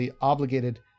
obligated